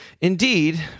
Indeed